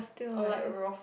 or like rofl